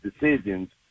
decisions